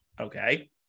Okay